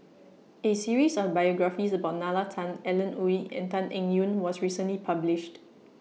A series of biographies about Nalla Tan Alan Oei and Tan Eng Yoon was recently published